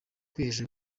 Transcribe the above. kwihesha